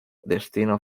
destino